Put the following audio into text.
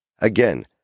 Again